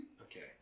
Okay